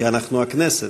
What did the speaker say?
כי אנחנו הכנסת,